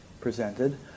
presented